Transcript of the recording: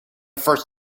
first